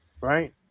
Right